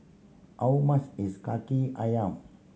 how much is Kaki Ayam